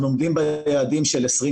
אנחנו עומדים ביעדים של 2020